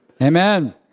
Amen